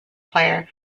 player